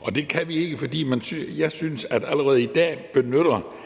Og det kan vi ikke, fordi vi synes, at man allerede i dag benytter